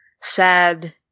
sad